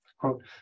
quote